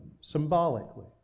symbolically